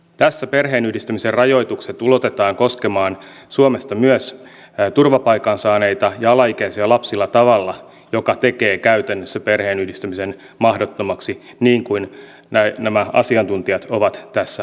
tässä perheenyhdistämisen rajoitukset ulotetaan koskemaan suomesta myös turvapaikan saaneita ja alaikäisiä lapsia tavalla joka tekee käytännössä perheenyhdistämisen mahdottomaksi niin kuin nämä asiantuntijat ovat tässä arvioineet